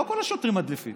לא כל השוטרים מדליפים,